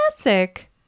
classic